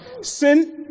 sin